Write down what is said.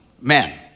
men